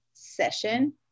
session